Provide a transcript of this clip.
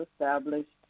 established